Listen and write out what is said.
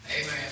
Amen